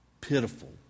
pitiful